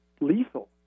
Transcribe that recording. lethal